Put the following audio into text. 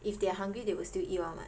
if they're hungry they will still eat [one] [what]